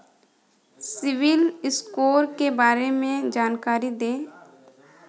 CIBIL score के बारे में जानकारी दें?